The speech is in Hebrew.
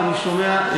אני שומע,